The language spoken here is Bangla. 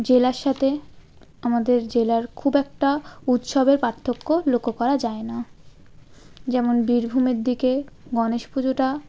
জেলার সাথে আমাদের জেলার খুব একটা উৎসবের পার্থক্য লক্ষ্য করা যায় না যেমন বীরভূমের দিকে গণেশ পুজোটা